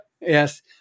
Yes